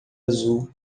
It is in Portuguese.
azul